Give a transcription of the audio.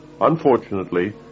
Unfortunately